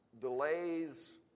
delays